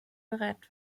bereit